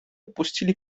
opuścili